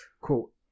Cool